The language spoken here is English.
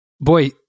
boy